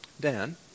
Dan